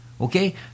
Okay